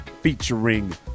featuring